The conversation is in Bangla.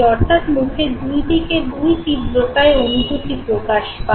অর্থাৎ মুখের দুইদিকে দুই তীব্রতায় অনুভূতি প্রকাশ পায়